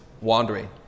wandering